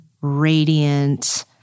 radiant